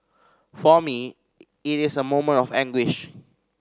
for me it is a moment of anguish